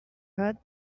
heard